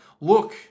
look